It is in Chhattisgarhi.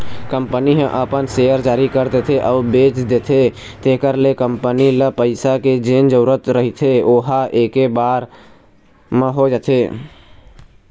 कंपनी ह अपन सेयर जारी कर देथे अउ बेच देथे तेखर ले कंपनी ल पइसा के जेन जरुरत रहिथे ओहा ऐके बार म हो जाथे